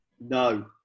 No